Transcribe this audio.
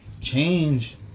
Change